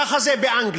ככה זה באנגליה.